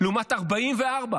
לעומת 44 -- תודה רבה.